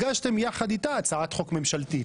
הגשתם יחד איתה הצעת חוק ממשלתית,